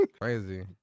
crazy